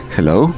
Hello